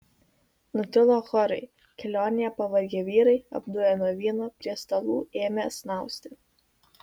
nutilo chorai kelionėje pavargę vyrai apduję nuo vyno prie stalų ėmė snausti